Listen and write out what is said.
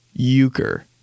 euchre